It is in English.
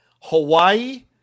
Hawaii